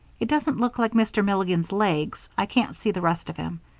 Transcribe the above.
it doesn't look like mr. milligan's legs i can't see the rest of him.